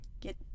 get